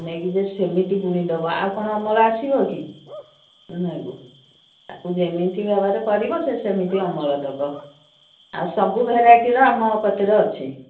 ନେଇକି ଯେ ସେମିତି ବୁଣି ଦେବ ଆଉ କ'ଣ ଅମଳ ଆସିବ ନାଇ ଗୋ ତା'କୁ ଯେମିତି ଭାବରେ କରିବ ସେ ସେମିତି ଅମଳ ଦେବ ଆଉ ସବୁ ଭେରାଇଟିର ଆମ କତିରେ ଅଛି